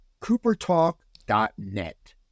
CooperTalk.net